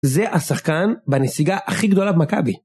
זה השחקן בנסיגה הכי גדולה במכבי